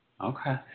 Okay